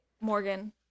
Morgan